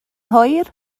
hwyr